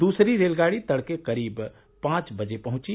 दूसरी रेलगाड़ी तड़के करीब पांच बजे पहंची